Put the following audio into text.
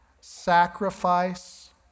sacrifice